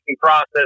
process